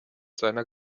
seiner